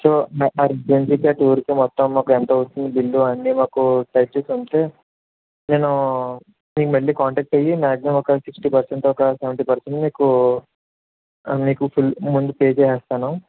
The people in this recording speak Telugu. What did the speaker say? సో మా రెసిడెన్సీకి టూర్కి మొత్తం మాకు ఎంత అవుతుంది బిల్లు అన్ని మాకు టైపు చేసి పంపితే నేను మీకు మళ్ళి కాంటాక్ట్ అయ్యి మ్యాక్సిమం ఒక సిక్స్టీ పర్సెంట్ దాకా సెవెంటీ పర్సెంట్ మీకు ఫు మీకు ముందు పే చేసేస్తాను